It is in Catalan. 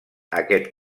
aquest